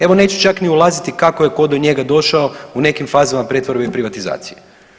Evo, neću čak ni ulaziti kako je tko do njega došao u nekim fazama pretvorbe i privatizacije.